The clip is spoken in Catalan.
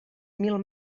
mil